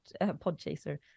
Podchaser